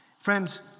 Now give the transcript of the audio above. Friends